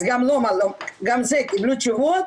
אז קיבלו תשובות